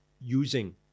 using